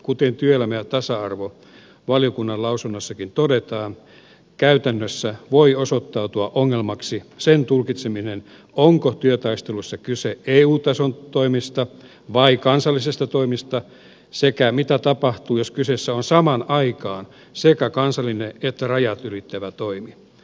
kuten työelämä ja tasa arvovaliokunnan lausunnossakin todetaan käytännössä voi osoittautua ongelmaksi sen tulkitseminen onko työtaistelussa kyse eu tason toimista vai kansallisista toimista sekä mitä tapahtuu jos kyseessä on samaan aikaan sekä kansallinen että rajat ylittävä toimi